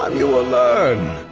um you will learn.